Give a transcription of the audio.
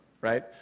right